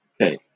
Okay